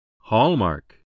Hallmark